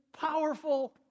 powerful